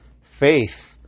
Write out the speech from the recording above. faith